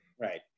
Right